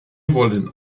wollen